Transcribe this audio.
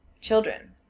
children